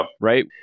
Right